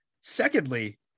secondly